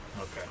Okay